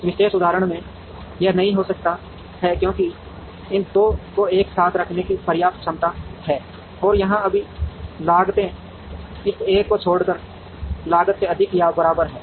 इस विशेष उदाहरण में यह नहीं हो सकता है क्योंकि इन 2 को एक साथ रखने की पर्याप्त क्षमता है और यहां सभी लागतें इस एक को छोड़कर लागत से अधिक या बराबर हैं